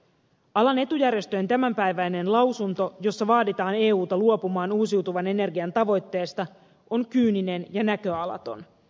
alan etujärjestöjen tämänpäiväinen lausunto jossa vaaditaan euta luopumaan uusiutuvan energian tavoitteesta on kyyninen ja näköalaton